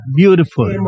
beautiful